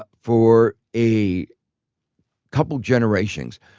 but for a couple generations.